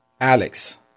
Alex